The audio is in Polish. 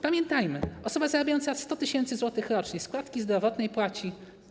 Pamiętajmy: osoba zarabiająca 100 tys. zł rocznie składki zdrowotnej płaci.